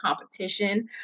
competition